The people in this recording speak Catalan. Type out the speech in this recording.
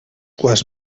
quants